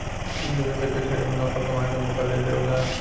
इ निवेशक के ढेरे मुनाफा कमाए के मौका दे देवेला